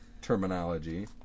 terminology